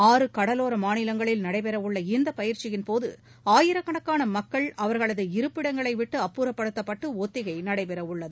ஆறு கடலோர மாநிலங்களில் நடைபெறவுள்ள இப்பயிற்சியின்போது ஆயிரக்கணக்கான மக்கள் அவர்களது இருப்பிடங்களை விட்டு அப்புறப்படுத்தப்பட்டு ஒத்திகை நடைபெறவுள்ளது